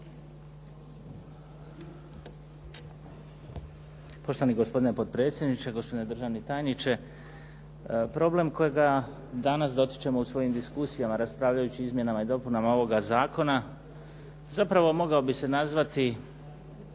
Poštovani gospodine potpredsjedniče, gospodine državni tajniče. Problem kojega danas dotičemo u svojim diskusijama raspravljajući o izmjenama i dopunama ovoga zakona zapravo mogao bi se nazvati